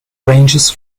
ranges